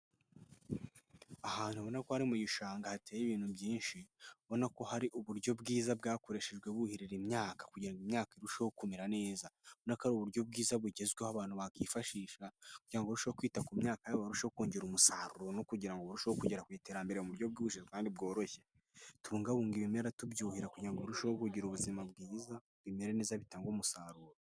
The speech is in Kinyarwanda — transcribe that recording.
Ahantu ubona ko hari mu gishanga hateye ibintu byinshi ubona ko hari uburyo bwiza bwakoreshejwe buhirira imyaka kugira ngo imyaka irusheho kumera neza, ubona ko ari uburyo bwiza bugezweho abantu bakifashisha kugira ngo barusheho kwita ku myaka barusheho kongera umusaruro no kugira ngo barusheho kugera ku iterambere mu buryo bwihuse kandi bworoshye .Tubungabunge ibimera tubyuhira kugira ngo birurusheho kugira ubuzima bwiza bimere neza Kandi bitange umusaruro.